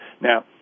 Now